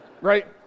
Right